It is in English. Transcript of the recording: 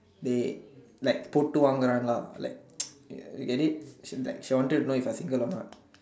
they like put to lah like you get it like she wanted to know if I single or not